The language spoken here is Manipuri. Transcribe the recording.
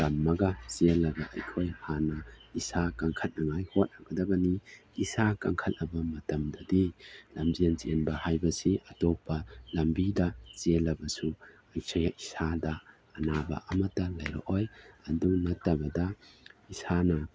ꯇꯝꯃꯒ ꯆꯦꯜꯂꯒ ꯑꯩꯈꯣꯏ ꯍꯥꯟꯅ ꯏꯁꯥ ꯀꯟꯈꯠꯅꯉꯥꯏ ꯍꯣꯠꯅꯒꯗꯕꯅꯤ ꯏꯁꯥ ꯀꯟꯈꯠꯂꯕ ꯃꯇꯝꯗꯗꯤ ꯂꯝꯖꯦꯟ ꯆꯦꯟꯕ ꯍꯥꯏꯕꯁꯤ ꯑꯇꯣꯞꯄ ꯂꯝꯕꯤꯗ ꯆꯦꯜꯂꯕꯁꯨ ꯏꯁꯥꯗ ꯑꯅꯥꯕ ꯑꯃꯠꯇꯥ ꯂꯩꯔꯛꯑꯣꯏ ꯑꯗꯨ ꯅꯠꯇꯕꯗ ꯏꯁꯥꯅ